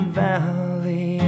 valley